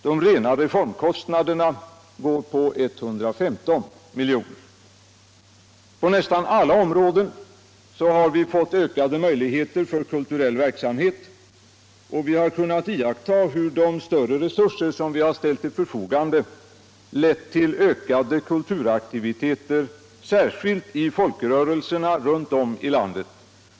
De rena reformkostnaderna går på 115 milj.kr. På nästan alla områden har vi fått ökade möjligheter till kulturell verksamhet, och vi har kunnat iaktta hur de större resurser som ställts till förfogande lett till ökade kulturaktiviteter, särskilt i folkrörelserna runt om i landet.